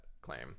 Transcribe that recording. claim